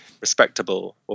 Respectable